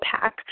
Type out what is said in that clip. pack